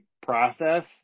process